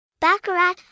Baccarat